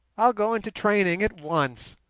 i'll go into training at once.